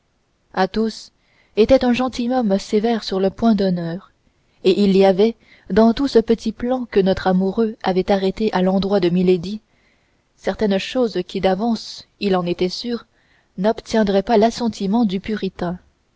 l'arrêta athos était un gentilhomme sévère sur le point d'honneur et il y avait dans tout ce petit plan que notre amoureux avait arrêté à l'endroit de milady certaines choses qui d'avance il en était sûr n'obtiendraient pas l'assentiment du puritain